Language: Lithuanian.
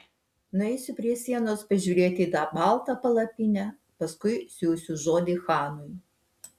nueisiu prie sienos pažiūrėti į tą baltą palapinę paskui siųsiu žodį chanui